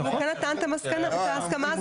אם הוא כן נתן את ההסכמה, זה במקום.